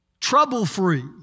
trouble-free